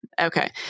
okay